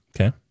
Okay